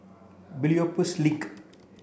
Biopolis Link